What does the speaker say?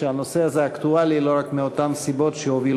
הנושא הזה אקטואלי לא רק מאותן סיבות שהובילו